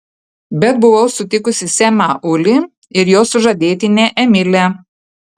bet buvau sutikusi semą ulį ir jo sužadėtinę emilę